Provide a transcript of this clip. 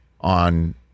on